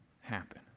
happen